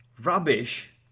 rubbish